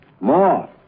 more